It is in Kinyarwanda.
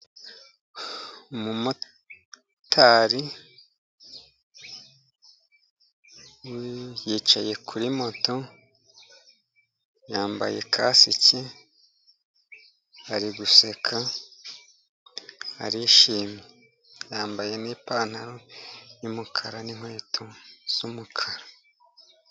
Umu motari yicaye kuri moto yambaye kasiki, ari guseka arishimye yambaye nipantaro y'umukara ni nkweto z'umukara.